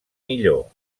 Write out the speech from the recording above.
millor